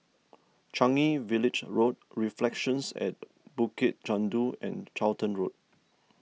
Changi Village Road Reflections at Bukit Chandu and Charlton Road